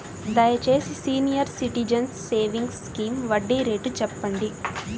దయచేసి senior citizens savings scheme వడ్డీ rate చెప్పండి